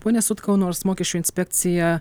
pone sutkau nors mokesčių inspekcija